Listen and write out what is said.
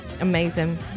amazing